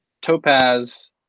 topaz